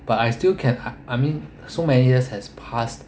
but I still can I mean so many years has passed